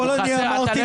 הרוויזיה הוסרה.